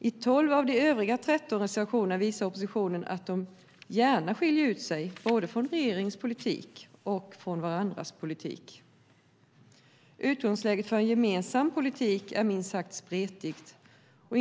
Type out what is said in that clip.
I 12 av de övriga 13 reservationerna visar oppositionen att de gärna skiljer ut sig, både från regeringens politik och från varandras politik. Utgångsläget för en gemensam politik är minst sagt spretigt.